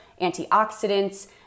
antioxidants